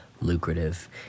lucrative